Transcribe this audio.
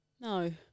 No